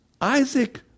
Isaac